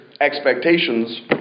expectations